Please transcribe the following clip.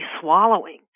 swallowing